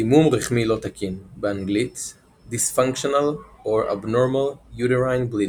דימום רחמי לא תקין באנגלית Dysfunctional/Abnormal uterine bleeding